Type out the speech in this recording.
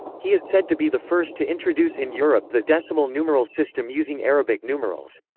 he is said to be the first to introduce in europe the decimal numeral system using arabic numerals.